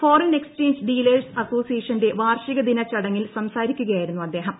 foreign exchange dealers അസോസിയേഷന്റെ വാർഷിക ദിന ചടങ്ങിൽ സംസാരിക്കുകയായിരുന്നു അദ്ദേഹം